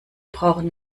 brauchen